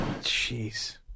Jeez